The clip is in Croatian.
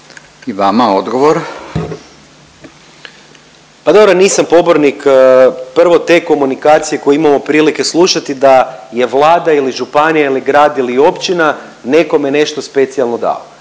Mišel (SDP)** Pa dobro nisam pobornik prvo te komunikacije koju imamo prilike slušati da je vlada ili županija ili grad ili općina nekome nešto specijalno dao